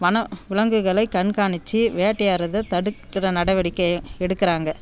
வன விலங்குகளை கண்காணிச்சு வேட்டையாடுறத தடுக்கிற நடவடிக்கை எடுக்குறாங்கள்